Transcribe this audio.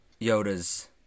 Yoda's